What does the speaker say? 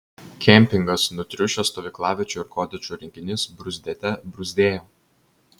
kempingas nutriušęs stovyklaviečių ir kotedžų rinkinys bruzdėte bruzdėjo